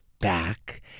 Back